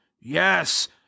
yes